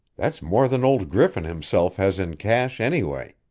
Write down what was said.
that's more than old griffin himself has in cash, anyway,